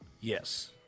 Yes